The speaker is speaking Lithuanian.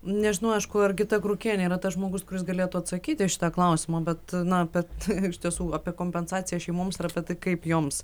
nežinau aišku ar gita krukienė yra tas žmogus kuris galėtų atsakyti į šitą klausimą bet na bet iš tiesų apie kompensaciją šeimoms ir apie tai kaip joms